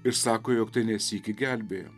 ir sako jog tai ne sykį gelbėjo